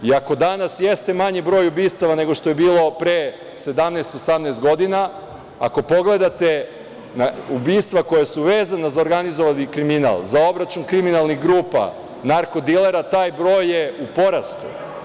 Iako danas jeste manji broj ubistava nego što je bilo pre 17, 18 godina, ako pogledate ubistva koja su vezana za organizovani kriminal, za obračun kriminalnih grupa narko dilera, taj broj je u porastu.